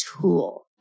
tool